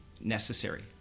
necessary